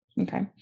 Okay